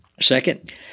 Second